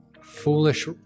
foolish